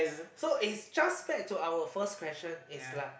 so is just back to our first question is like